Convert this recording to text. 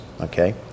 Okay